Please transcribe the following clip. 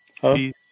Peace